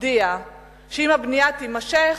הודיע שאם הבנייה תימשך,